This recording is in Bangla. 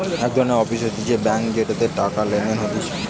এক ধরণকার অফিস হতিছে ব্যাঙ্ক যেটাতে টাকা লেনদেন হতিছে